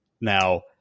Now